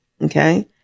Okay